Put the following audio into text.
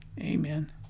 Amen